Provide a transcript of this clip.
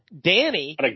Danny